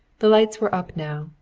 the lights were up now,